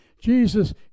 Jesus